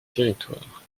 territoires